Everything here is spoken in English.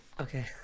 okay